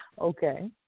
Okay